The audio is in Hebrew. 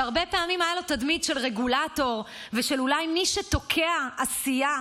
שהרבה פעמים הייתה לו תדמית של רגולטור ושל אולי מי שתוקע עשייה,